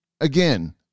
again